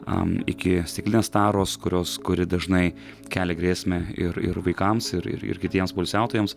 am iki stiklinės taros kurios kuri dažnai kelia grėsmę ir ir vaikams ir ir kitiems poilsiautojams